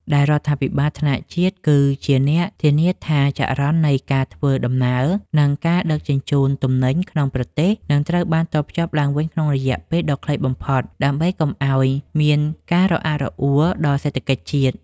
ដែលរដ្ឋាភិបាលថ្នាក់ជាតិគឺជាអ្នកធានាថាចរន្តនៃការធ្វើដំណើរ និងការដឹកជញ្ជូនទំនិញក្នុងប្រទេសនឹងត្រូវតភ្ជាប់ឡើងវិញក្នុងរយៈពេលដ៏ខ្លីបំផុត ដើម្បីកុំឱ្យមានការរអាក់រអួលដល់សេដ្ឋកិច្ចជាតិ។